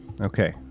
Okay